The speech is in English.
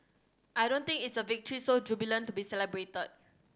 I don't think it's a victory so jubilant to be celebrated